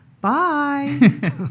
Bye